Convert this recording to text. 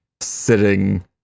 sitting